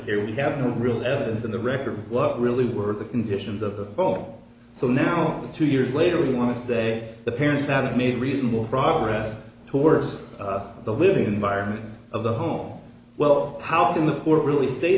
here we have no real evidence in the record what really were the conditions of the ball so now two years later we want to say the parents have made reasonable progress towards the living environment of the home well how can the court really say